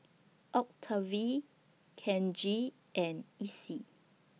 Octavie Kenji and Essie